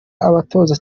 abatoza